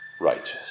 righteous